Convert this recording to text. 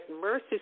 mercy